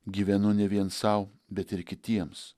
gyvenu ne vien sau bet ir kitiems